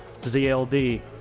zld